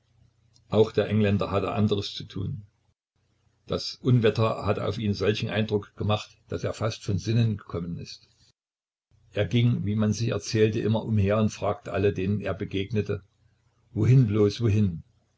auch der engländer hatte anderes zu tun das unwetter hatte auf ihn solchen eindruck gemacht daß er fast von sinnen gekommen wäre er ging wie man sich erzählte immer umher und fragte alle denen er begegnete wohin bloß wohin